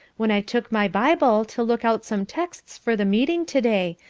when i took my bible to look out some texts for the meeting to-day,